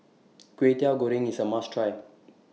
Kway Teow Goreng IS A must Try